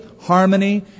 harmony